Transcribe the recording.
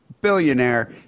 billionaire